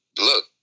look